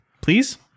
please